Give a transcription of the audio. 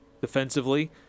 defensively